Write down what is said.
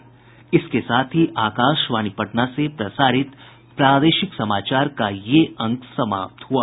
इसके साथ ही आकाशवाणी पटना से प्रसारित प्रादेशिक समाचार का ये अंक समाप्त हुआ